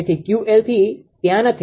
તેથી 𝑄𝑙3 ત્યાં નથી